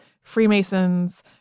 Freemasons